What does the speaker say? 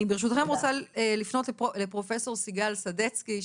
אני ברשותכם רוצה לפנות לפרופסור סיגל סדצקי,